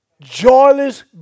Joyless